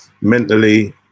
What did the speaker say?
Mentally